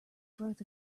growth